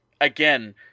Again